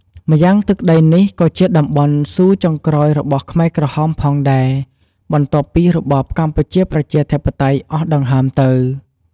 ម៉្យាងទឹកដីនេះក៏ជាតំបន់ស៊ូចុងក្រោយរបស់ខ្មែរក្រហមផងដែរ បន្ទាប់ពីរបបកម្ពុជាប្រជាធិបតេយ្យអស់ដង្ហើមទៅ។